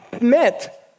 met